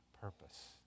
purpose